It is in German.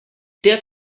der